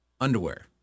underwear